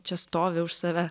čia stovi už save